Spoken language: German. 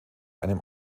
einem